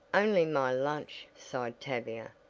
only my lunch, sighed tavia,